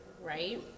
right